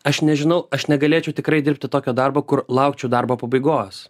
aš nežinau aš negalėčiau tikrai dirbti tokio darbo kur laukčiau darbo pabaigos